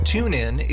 TuneIn